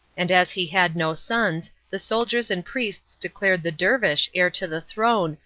and as he had no sons, the soldiers and priests declared the dervish heir to the throne,